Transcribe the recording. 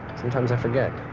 sometimes i forget.